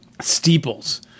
Steeples